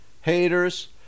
haters